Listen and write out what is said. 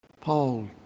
Paul